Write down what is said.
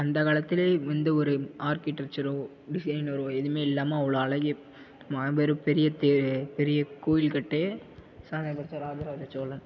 அந்த காலத்தில் எந்த ஒரு ஆர்க்கிடெக்சரோ டிசைனரோ ஒரு எதுவுமே இல்லாம ஒரு அழகிய மாபெரும் பெரிய தேர் பெரிய கோயில் கட்டி சாதனை படைச்சார் ராஜராஜ சோழன்